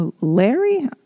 Larry